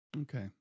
Okay